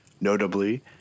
Notably